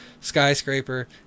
skyscraper